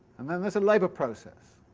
and then there is a labour process.